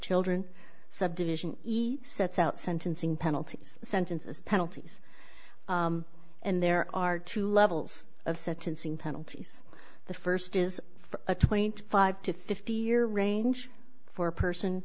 children subdivision e sets out sentencing penalties sentences penalties and there are two levels of sentencing penalties the st is for a twenty five to fifty year range for a person